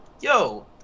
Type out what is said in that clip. Yo